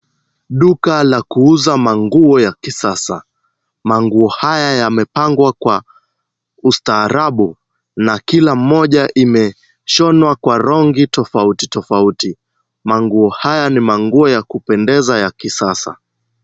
Duka la kuuza manguo ya kisasa. Manguo haya yamepangwa kwa ustaarabu na kila moja imeshonwa kwa rangi tofauti tofauti. Manguo haya ni manguo ya kupendeza ya kisasa.